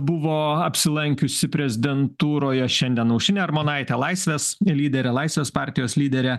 buvo apsilankiusi prezidentūroje šiandien aušrinė armonaitė laisvės lyderė laisvės partijos lyderė